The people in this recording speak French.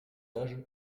âge